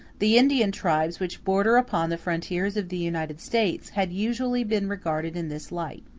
the indian tribes, which border upon the frontiers of the united states, had usually been regarded in this light.